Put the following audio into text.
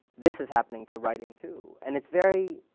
this is happening to writing, too. and it's very.